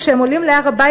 כשהם עולים להר-הבית,